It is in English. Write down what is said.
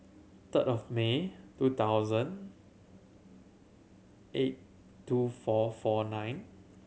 third of May two thousand eight two four four nine